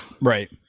Right